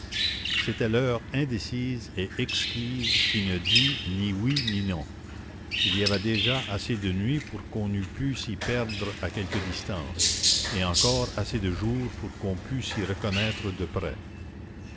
c'était l'heure indécise et exquise qui ne dit ni oui ni non il y avait déjà assez de nuit pour qu'on pût s'y perdre à quelque distance et encore assez de jour pour qu'on pût s'y reconnaître de près